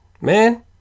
Man